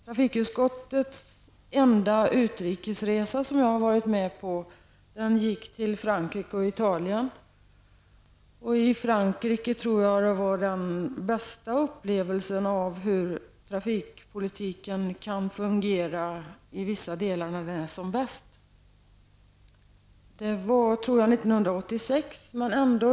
Den enda utrikesresa i trafikutskottet som jag har varit med på gick till Frankrike och Italien. Bäst upplevde jag nog trafikpolitiken i Frankrike -- åtminstone till vissa delar. Jag tror det här var 1986.